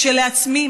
כשלעצמי,